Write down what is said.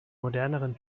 moderneren